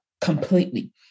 completely